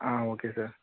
ah okay sir